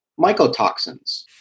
mycotoxins